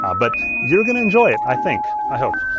but you're gonna enjoy it, i think i hope!